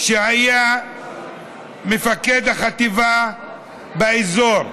שהיה מפקד החטיבה באזור.